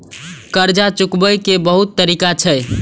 कर्जा चुकाव के बहुत तरीका छै?